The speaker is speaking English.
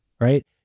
right